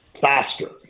faster